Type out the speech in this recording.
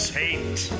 hate